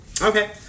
okay